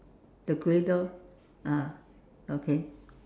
the grey door ah okay